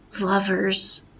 lovers